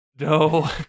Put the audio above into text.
No